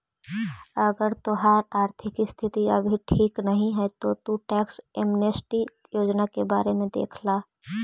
अगर तोहार आर्थिक स्थिति अभी ठीक नहीं है तो तु टैक्स एमनेस्टी योजना के बारे में देख ला